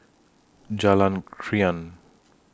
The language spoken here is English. Jalan Krian